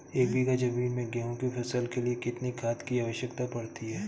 एक बीघा ज़मीन में गेहूँ की फसल के लिए कितनी खाद की आवश्यकता पड़ती है?